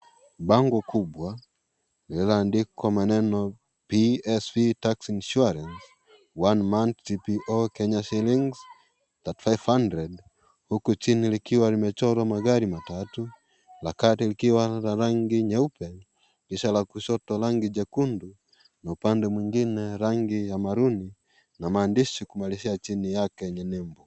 Bango kubwa lililo andikwa PSV tax insurance one month TPO Kenyan shillings 3500 huku chini likiwa limechorwa magari matatu, la kati likiwa na rangi nyeupe, kisha kushoto rangi jekundu, na upande mwingine rangi ya maroon , na maandishi kumalizia chini yake yenye nembo.